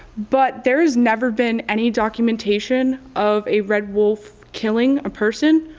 but there has never been any documentation of a red wolf killing a person.